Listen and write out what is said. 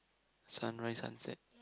sunrise sunset